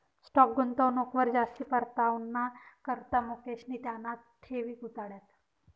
stock गुंतवणूकवर जास्ती परतावाना करता मुकेशनी त्याना ठेवी गुताड्यात